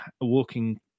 walking